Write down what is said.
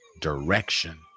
direction